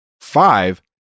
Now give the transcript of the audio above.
Five